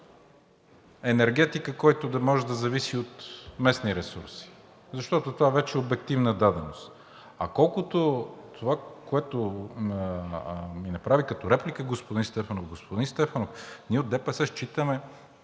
енергетика, който да може да зависи от местни ресурси, защото това вече е обективна даденост. А колкото до това, което ми направи като реплика господин Стефанов. Господин Стефанов, ние от ДПС считаме,